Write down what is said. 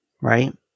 right